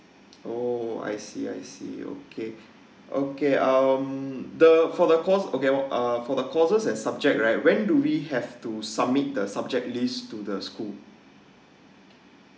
oh I see I see okay okay um the for the course okay uh for the courses and subject right when do we have to submit the subject list to the school